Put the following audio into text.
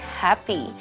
happy